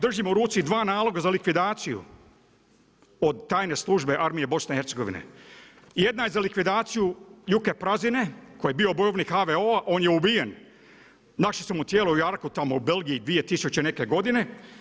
Držim u ruci dva naloga za likvidaciju od tajne službe armije BiH. jedna je za likvidaciju Juke Prazine koji je bio bojovnik HVO-a, on je ubijen, našli su mu tijelo u jarku tamo u Belgiji dvije tisuće i neke godine.